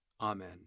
Amen